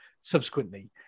subsequently